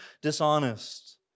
dishonest